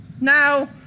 Now